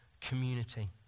community